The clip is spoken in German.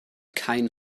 kein